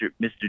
Mr